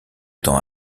temps